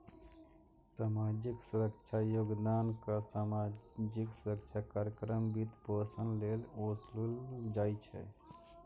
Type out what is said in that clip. सामाजिक सुरक्षा योगदान कर सामाजिक सुरक्षा कार्यक्रमक वित्तपोषण लेल ओसूलल जाइ छै